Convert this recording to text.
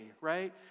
right